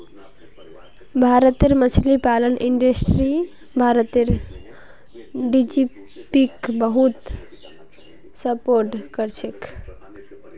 भारतेर मछली पालन इंडस्ट्री भारतेर जीडीपीक बहुत सपोर्ट करछेक